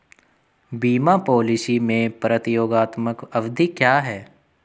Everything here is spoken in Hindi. बीमा पॉलिसी में प्रतियोगात्मक अवधि क्या है?